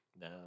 No